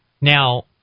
Now